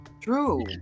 True